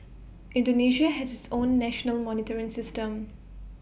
Indonesia has its own national monitoring system